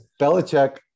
Belichick